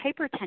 hypertension